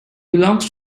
belongs